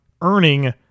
earning –